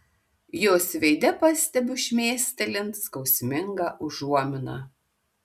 jos veide pastebiu šmėstelint skausmingą užuominą